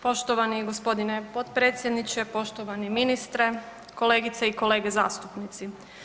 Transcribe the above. Poštovani g. potpredsjedniče, poštovani ministre, kolegice i kolege zastupnici.